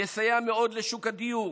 יסייע מאוד לשוק הדיור,